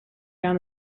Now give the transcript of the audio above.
down